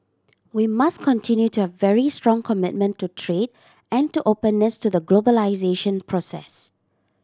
we must continue to have very strong commitment to trade and to openness to the globalisation process